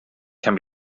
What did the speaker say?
can